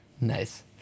Nice